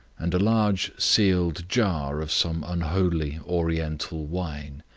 and a large sealed jar of some unholy oriental wine.